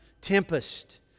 tempest